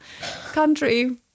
country